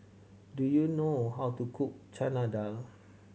do you know how to cook Chana Dal